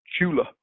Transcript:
Chula